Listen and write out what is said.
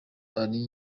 ari